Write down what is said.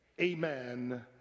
amen